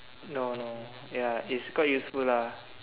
no no ya it's quite useful lah